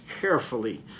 carefully